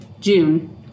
June